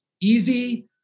easy